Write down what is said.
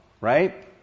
right